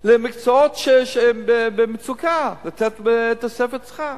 למקצועות במצוקה, לתת תוספת שכר.